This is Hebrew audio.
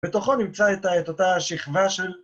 בתוכו נמצא את ה... את אותה שכבה של...